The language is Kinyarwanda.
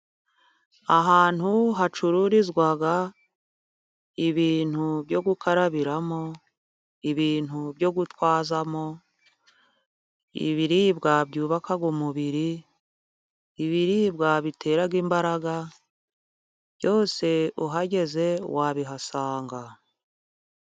Ahantu hacururizwa ibintu byo gukarabiramo, ibintu byo gutwaramo, ibiribwa byubaka umubiri, ibiribwa bitera imbaraga, byose uhageze wabihasanga.